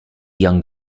young